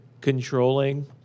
controlling